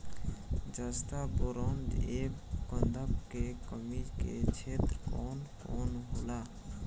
जस्ता बोरान ऐब गंधक के कमी के क्षेत्र कौन कौनहोला?